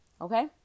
Okay